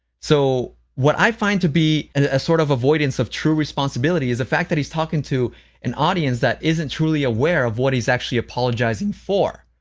so what i find to be a sort of avoidance of true responsibility is the fact that he's talking to an audience that isn't truly aware of what he's actually apologizing for,